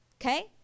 okay